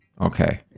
Okay